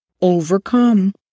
overcome